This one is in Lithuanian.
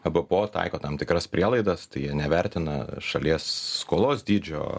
arba po taiko tam tikras prielaidas tai jie nevertina šalies skolos dydžio